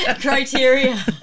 criteria